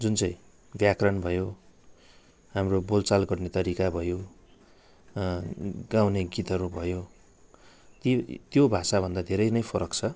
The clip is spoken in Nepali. जुन चाहिँ व्याकरण भयो हाम्रो बोलचाल गर्ने तरिका भयो गाउने गीतहरू भयो ती त्यो भाषाभन्दा धेरै नै फरक छ